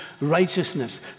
righteousness